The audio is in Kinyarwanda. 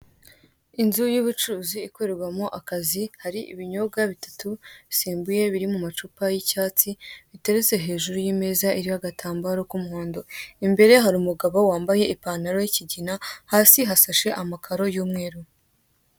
Inzu y'ubucuruzi ikorerwamo akazi, hari ibinyobwa bitatu bisembuye biri mu macupa y'icyatsi biteretse hejuru y'imeza iriho agatambaro k'umuhondo, imbere hari umugabo wambaye ipantaro y'ikigina, hasi hashashe amakaro y'umweru.